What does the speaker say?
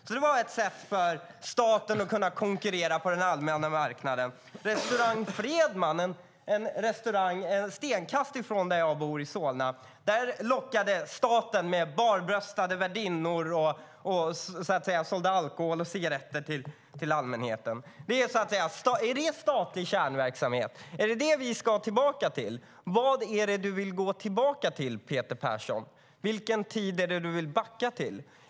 Det var alltså ett sätt för staten att konkurrera på den allmänna marknaden. Restaurang Fredman var en restaurang som låg ett stenkast ifrån där jag bor i Solna. Där lockade staten med barbröstade värdinnor och sålde alkohol och cigaretter till allmänheten. Är det statlig kärnverksamhet? Är det det vi ska tillbaka till? Vad är det du vill gå tillbaka till Peter Persson? Vilken tid vill du backa till?